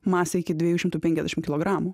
masė iki dviejų šimtų penkiasdešim kilogramų